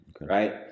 right